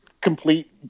complete